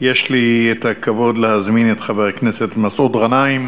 יש לי הכבוד להזמין את חבר הכנסת מסעוד גנאים